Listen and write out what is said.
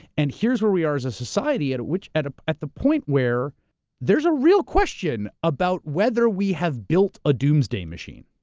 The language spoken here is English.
and here's where we are as a society, at which, at at the point where there's a real question about whether we have built a doomsday machine.